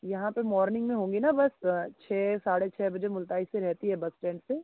यहाँ पर मॉर्निंग में होंगी ना बस छः साढ़े छः बजे मुल्ताई से रहती है बस इस्टैंड पर